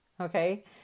Okay